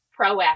proactive